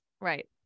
Right